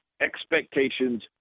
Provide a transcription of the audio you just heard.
expectations